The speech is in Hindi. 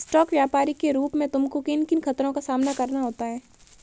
स्टॉक व्यापरी के रूप में तुमको किन किन खतरों का सामना करना होता है?